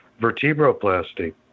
vertebroplasty